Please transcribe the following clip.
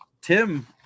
Tim